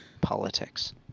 Politics